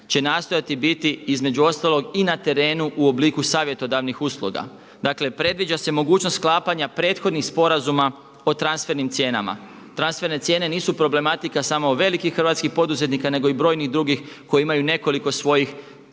će nastojati biti između ostalog i na terenu u obliku savjetodavnih usluga. Dakle, predviđa se mogućnost sklapanja prethodnih sporazuma o transfernim cijenama. Transferne cijene nisu problematika samo velikih hrvatskih poduzetnika nego i brojnih drugih koji imaju nekoliko svojih